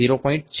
6 છે